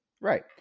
Right